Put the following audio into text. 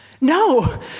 No